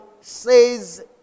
says